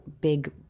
big